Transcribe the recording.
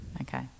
okay